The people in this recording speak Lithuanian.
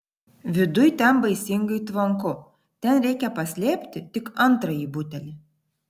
viduj ten baisingai tvanku ten reikia paslėpti tik antrąjį butelį